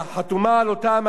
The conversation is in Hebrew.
וגם התיקון המוצע,